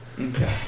Okay